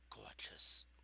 gorgeous